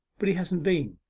but he hasn't been.